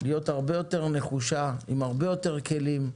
להיות הרבה יותר נחושה, עם הרבה יותר כלים,